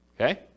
Okay